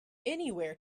anywhere